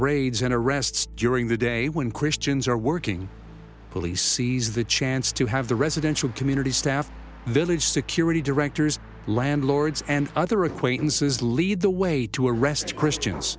raids and arrests during the day when christians are working police seize the chance to have the residential community staff village security directors landlords and other acquaintances lead the way to arrest christians